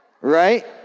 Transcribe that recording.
right